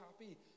happy